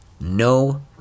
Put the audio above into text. no